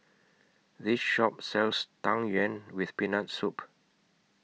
This Shop sells Tang Yuen with Peanut Soup